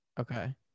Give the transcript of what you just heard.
Okay